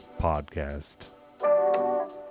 podcast